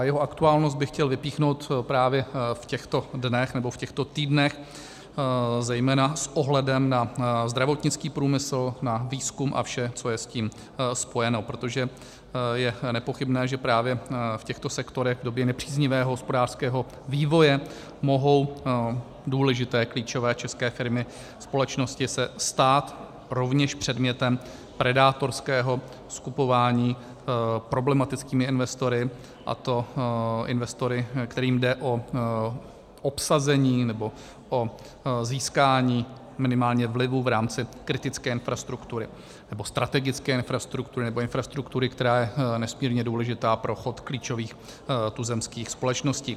Jeho aktuálnost bych chtěl vypíchnout právě v těchto dnech, nebo v těchto týdnech, zejména s ohledem na zdravotnický průmysl, na výzkum a vše, co je s tím spojeno, protože je nepochybné, že právě v těchto sektorech v době nepříznivého hospodářského vývoje se mohou stát důležité klíčové české firmy, společnosti, rovněž předmětem predátorského skupování problematickými investory, a to investory, kterým jde o obsazení nebo získání minimálně vlivu v rámci kritické infrastruktury, nebo strategické infrastruktury, nebo infrastruktury, která je nesmírně důležitá pro chod klíčových tuzemských společností.